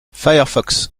firefox